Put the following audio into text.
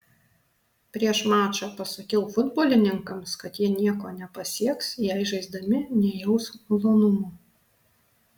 prieš mačą pasakiau futbolininkams kad jie nieko nepasieks jei žaisdami nejaus malonumo